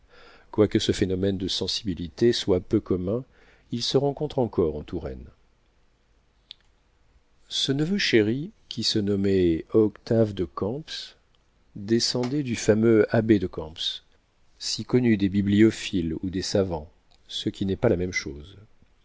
quoique ce phénomène de sensibilité soit peu commun il se rencontre encore en touraine ce neveu chéri qui se nommait octave de camps descendait du fameux abbé de camps si connu des bibliophiles ou des savants ce qui n'est pas la même chose